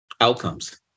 outcomes